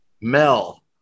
Mel